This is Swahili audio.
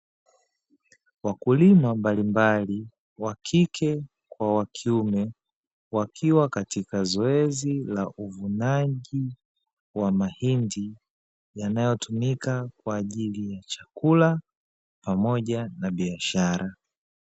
Wakulima mbalimmbali wa kike kwa wa kiume, wakiwa katika zoezi la uvunaji wa mahindi, yanayotumika kwa ajjili ya chakula pamoja na biashara.